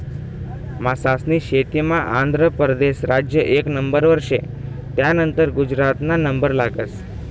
मासास्नी शेतीमा आंध्र परदेस राज्य एक नंबरवर शे, त्यानंतर गुजरातना नंबर लागस